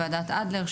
בוועדת אדלר,